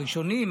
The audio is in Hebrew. הראשונים,